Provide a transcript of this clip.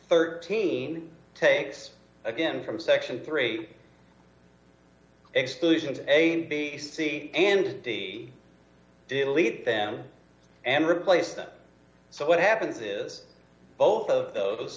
thirteen takes again from section three exclusions a b c and d delete them and replace them so what happens is both of those